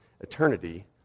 eternity